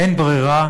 אין ברירה